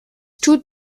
tut